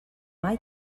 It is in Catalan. mai